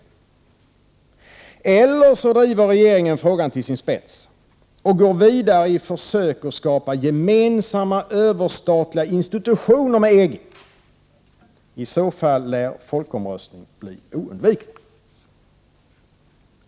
35 Eller också driver regeringen frågan till sin spets och går vidare i försök att skapa gemensamma överstatliga institutioner med EG. I så fall lär folkomröstning bli oundviklig.